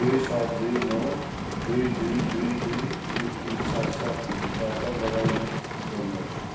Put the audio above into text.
दुई सात दुई नौ दुई दुई दुई दुई एक तिन सात सातबाट लगइन गर्नु होस्